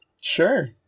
Sure